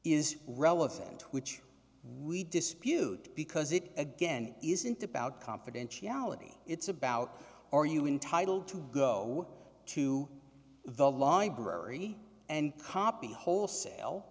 is relevant which we dispute because it again isn't about confidentiality it's about are you entitle to go to the library and copy wholesale